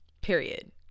period